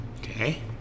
Okay